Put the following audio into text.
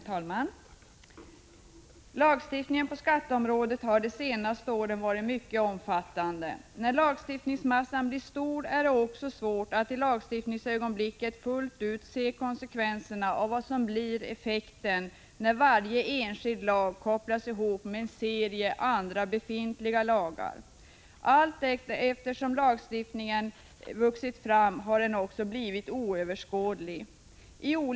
Herr talman! Lagstiftningen på skatteområdet har de senaste åren varit mycket omfattande. När lagstiftningsmassan blir stor är det i lagstiftningsögonblicket svårt att fullt ut se konsekvenserna av vad som blir effekten, när en enskild lag kopplas ihop med en serie andra befintliga lagar. Allteftersom skattelagstiftningen vuxit fram har den också blivit svåröverskådligare.